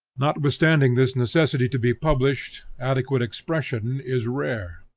notwithstanding this necessity to be published, adequate expression is rare.